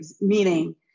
meaning